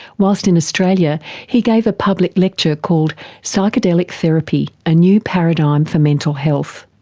whilst in australia he gave a public lecture called psychedelic therapy a new paradigm for mental health.